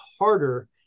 harder